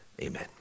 amen